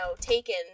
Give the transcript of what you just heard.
taken